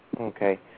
Okay